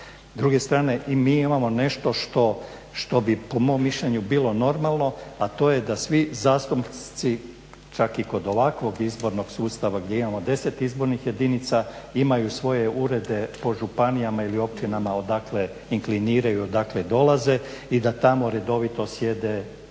druge strane i mi imamo nešto što bi po mom mišljenju bilo normalno a to je da svi zastupnici, čak i kod ovakvog izbornog sustava gdje imamo 10 izbornih jedinica imaju svoje urede po županijama ili općinama odakle inkliniraju, dakle dolaze i da tamo redovito sjede, dva